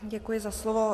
Děkuji za slovo.